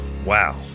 Wow